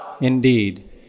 indeed